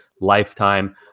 Lifetime